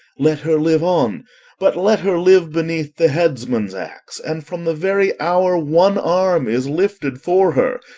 let her live on but let her live beneath the headsman's axe, and, from the very hour one arm is lifted for her,